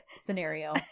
scenario